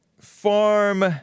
Farm